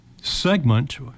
segment